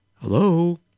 Hello